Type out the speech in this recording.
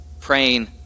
praying